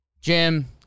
Jim